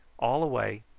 all away,